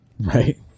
Right